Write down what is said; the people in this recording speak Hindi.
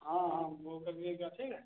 हाँ हाँ वो कर दीजिएगा ठीक है